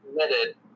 committed